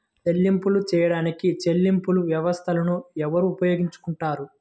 చెల్లింపులు చేయడానికి చెల్లింపు వ్యవస్థలను ఎవరు ఉపయోగించుకొంటారు?